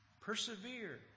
persevere